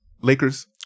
Lakers